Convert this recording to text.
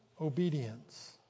obedience